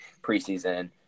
preseason